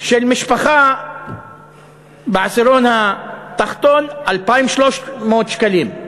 ושל משפחה בעשירון התחתון, 2,300 שקלים.